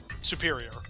Superior